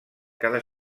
cada